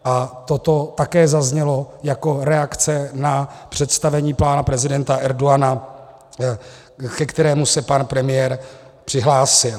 A toto také zaznělo jako reakce na představení pana prezidenta Erdogana, ke kterému se pan premiér přihlásil.